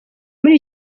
muri